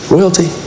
Royalty